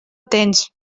tens